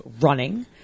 running